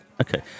Okay